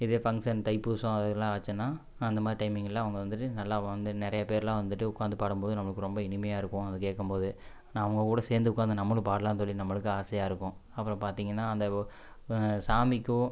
இதே ஃபங்க்ஷன் தைப்பூசம் அதெலாம் வச்சேன்னா அந்த மாதிரி டைமிங்கெல்லாம் அவங்க வந்துட்டு நல்லா வந்து நிறைய பேர்லாம் வந்துட்டு உட்காந்து பாடம்போது நம்மளுக்கு ரொம்ப இனிமையாக இருக்கும் அதை கேட்கம்போது அவங்க கூட சேர்ந்து உட்காந்து நம்மளும் பாடலான்னு சொல்லி நம்மளுக்கும் ஆசையாக இருக்கும் அப்பறம் பார்த்தீங்கன்னா அந்த சாமிக்கும்